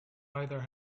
either